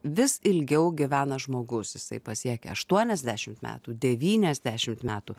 vis ilgiau gyvena žmogus jisai pasiekia aštuoniasdešimt metų devyniasdešimt metų